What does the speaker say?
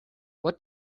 what